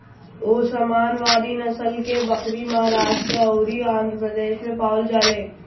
ओस्मानावादी नसल के बकरी महाराष्ट्र अउरी आंध्रप्रदेश में पावल जाले